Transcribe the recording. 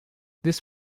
this